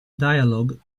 dialogue